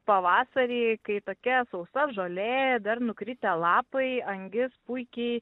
pavasarį kai tokia sausa žolė dar nukritę lapai angis puikiai